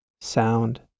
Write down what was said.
sound